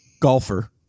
golfer